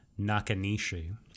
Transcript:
Nakanishi